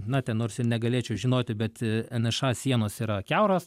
na ten nors ir negalėčiau žinoti bet nša sienos yra kiauros